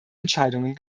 entscheidungen